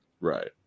right